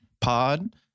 pod